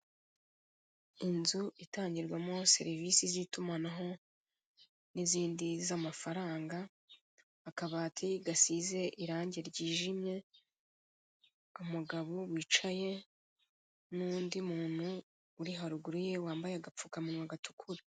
Inzu itangirwamo serivise z'itumanaho n'izindi z'amafaranga, akabati gasize irange ryijimye umugabo wicaye n'undi muntu uri haruguru ye wambaye agapfukamunwa gatukura.